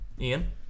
Ian